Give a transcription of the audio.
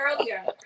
earlier